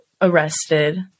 arrested